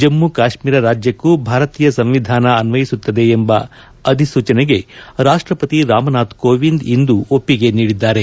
ಜಮ್ಲು ಕಾಶೀರ ರಾಜ್ಯಕ್ಕೂ ಭಾರತೀಯ ಸಂವಿಧಾನ ಅನ್ನಯಿಸುತ್ತದೆ ಎಂಬ ಅಧಿಸೂಚನೆಗೆ ರಾಷ್ಲಪತಿ ರಾಮನಾಥ್ ಕೋವಿಂದ್ ಇಂದು ಒಪ್ಪಿಗೆ ನೀಡಿದ್ದಾರೆ